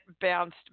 bounced